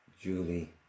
Julie